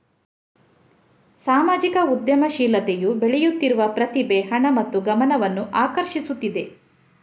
ಸಾಮಾಜಿಕ ಉದ್ಯಮಶೀಲತೆಯು ಬೆಳೆಯುತ್ತಿರುವ ಪ್ರತಿಭೆ, ಹಣ ಮತ್ತು ಗಮನವನ್ನು ಆಕರ್ಷಿಸುತ್ತಿದೆ